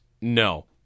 No